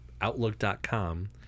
Outlook.com